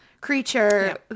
creature